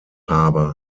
habe